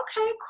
okay